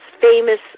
famous